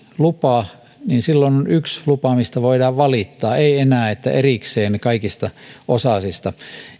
lupa niin silloin on yksi lupa mistä voidaan valittaa ei enää erikseen kaikista osasista